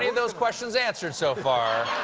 and those questions answered so far.